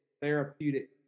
therapeutic